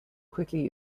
quickly